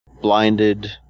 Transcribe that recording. Blinded